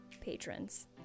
patrons